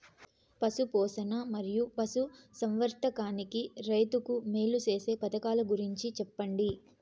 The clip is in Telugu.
పశు పోషణ మరియు పశు సంవర్థకానికి రైతుకు మేలు సేసే పథకాలు గురించి చెప్పండి?